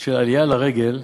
של עלייה לרגל,